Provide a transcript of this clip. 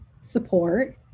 support